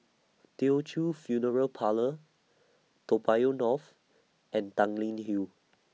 Teochew Funeral Parlour Toa Payoh North and Tanglin Hill